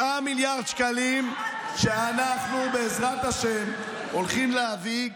9 מיליארד שקלים אנחנו בעזרת השם הולכים להביא,